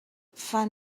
fan